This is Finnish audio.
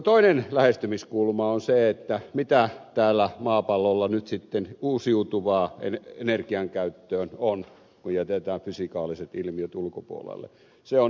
toinen lähestymiskulma on se mitä täällä maapallolla nyt sitten uusiutuvaa ainesta energiankäyttöön on kun jätetään fysikaaliset ilmiöt ulkopuolelle ja se on yhteyttämistuotteet